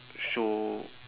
show